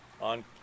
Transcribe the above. on